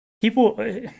People